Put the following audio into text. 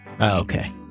Okay